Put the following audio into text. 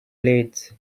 blades